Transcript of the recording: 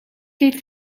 eet